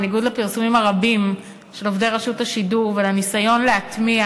בניגוד לפרסומים הרבים של עובדי רשות השידור ולניסיון להטמיע